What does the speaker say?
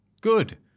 good